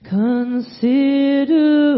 consider